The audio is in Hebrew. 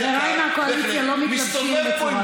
זה לא קשור בכלל